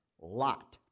Lot